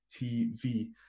TV